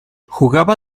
jugaba